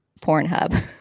Pornhub